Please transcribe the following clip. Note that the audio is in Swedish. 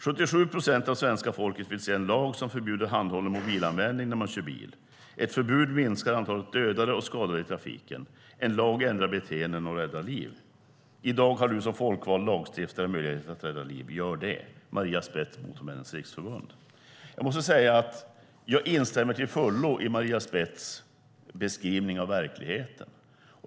77 procent av svenska folket vill se en lag som förbjuder handhållen mobilanvändning när man kör bil. Ett förbud minskar antalet dödade och skadade i trafiken. En lag ändrar beteenden och räddar liv. I dag har du som folkvald lagstiftare möjlighet att rädda liv. Gör det! Det skriver Maria Spetz på Motormännens Riksförbund. Jag måste säga att jag till fullo instämmer i Maria Spetz beskrivning av verkligheten.